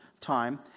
time